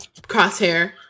crosshair